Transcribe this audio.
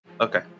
Okay